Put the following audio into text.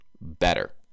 better